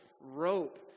rope